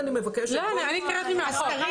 אני קראתי מהחוק.